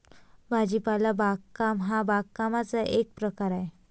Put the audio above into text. भाजीपाला बागकाम हा बागकामाचा एक प्रकार आहे